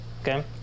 Okay